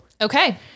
Okay